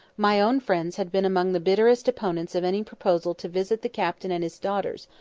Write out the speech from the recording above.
my own friends had been among the bitterest opponents of any proposal to visit the captain and his daughters,